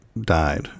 died